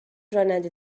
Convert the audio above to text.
راننده